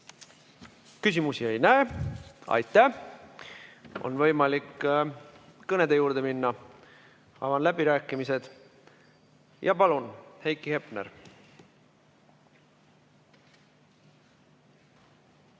Küsimusi ei näe. Aitäh! On võimalik kõnede juurde minna. Avan läbirääkimised. Palun, Heiki Hepner!